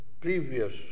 previous